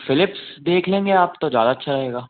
Philips देख लेंगे आप तो ज़्यादा अच्छा रहेगा